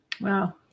Wow